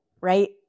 right